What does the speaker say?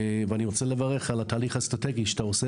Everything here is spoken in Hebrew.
ואני רוצה לברך על התהליך האסטרטגי שאתה עושה